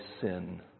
sin